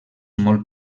molt